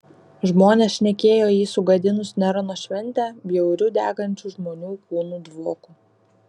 žmonės šnekėjo jį sugadinus nerono šventę bjauriu degančių žmonių kūnų dvoku